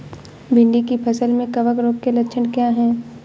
भिंडी की फसल में कवक रोग के लक्षण क्या है?